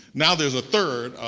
now there's a third,